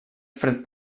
fred